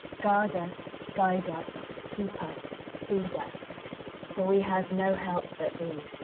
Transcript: guard us, guide us, keep us, feed us for we have no help but thee.